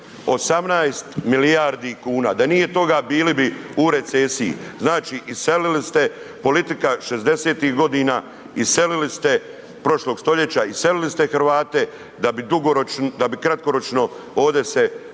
18 milijardi kuna. Da nije toga, bili bi u recesiji. Znači, iselili ste, politika 60-ih godina, iselili ste, prošlog stoljeća, iselili ste Hrvate, da bi kratkoročno ovdje se pohvalili,